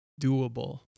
doable